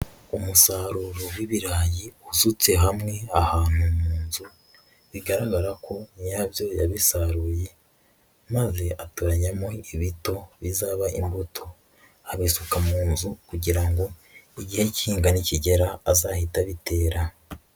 Umusaruro w'ibirayi usutse hamwe ahantu mu nzu bigaragara ko nyirabyo yabisaruye maze atoranyamo ibito bizaba imbuto, abisuka mu nzu kugira ngo igihe cy'ihinga nikigera azahite abitera.